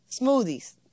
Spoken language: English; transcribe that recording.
smoothies